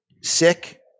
sick